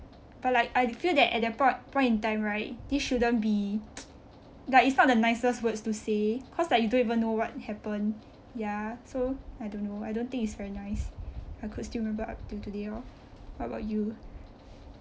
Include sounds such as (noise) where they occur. but like I feel that at that point point and time right this shouldn't be (noise) like it's not the nicest words to say cause like you don't even know what happened ya so I don't know I don't think it's very nice I could still remember up til today lor what about you